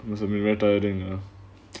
it was a mirror tiring ah